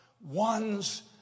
one's